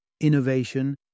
innovation